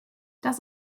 das